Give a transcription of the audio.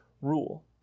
rule